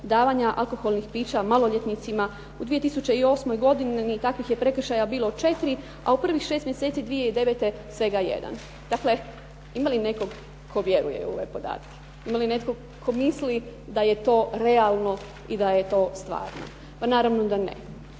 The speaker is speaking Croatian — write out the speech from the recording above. davanja alkoholnih pića maloljetnicima. U 2008. godini takvih je prekršaja bilo 4, a u prvih 6 mjeseci 2009. svega jedan. Dakle, ima li netko tko vjeruje u ove podatke? Ima li netko da je to realno i da je to stvarno? Pa naravno da ne.